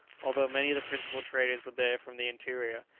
although many of the principal traders were there from the interior,